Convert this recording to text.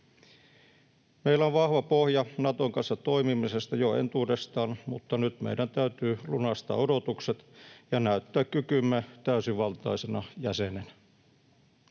Meillä on vahva pohja Naton kanssa toimimisesta jo entuudestaan, mutta nyt meidän täytyy lunastaa odotukset ja näyttää kykymme täysivaltaisena jäsenenä.